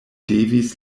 devis